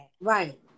right